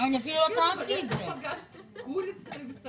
תקציב התכניות האלה מועבר מתכנית